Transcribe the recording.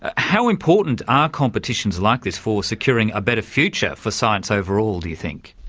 ah how important are competition like this for securing a better future for science overall do you think?